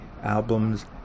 albums